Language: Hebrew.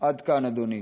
עד כאן, אדוני.